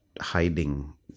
hiding